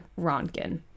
Ronkin